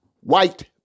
White